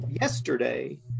yesterday